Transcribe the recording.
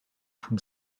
from